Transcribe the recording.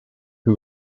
who